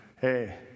Hey